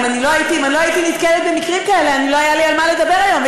אם לא הייתי נתקלת במקרים כאלה לא היה לי על מה לדבר היום,